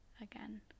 again